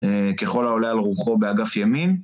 ככל העולה על רוחו באגף ימין